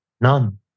None